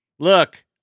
Look